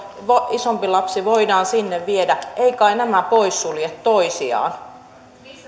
isompi lapsi voidaan sinne viedä eivät kai nämä poissulje toisiaan